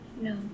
No